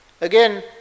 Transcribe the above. Again